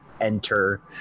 enter